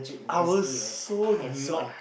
I was so not